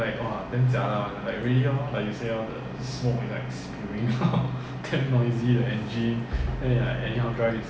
they don't have speed limit eh it's still ninety hundred ya then it's like err 你的车 ah